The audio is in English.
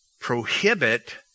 prohibit